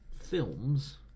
films